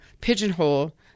pigeonhole